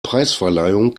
preisverleihung